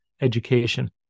education